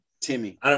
Timmy